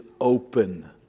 open